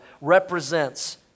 represents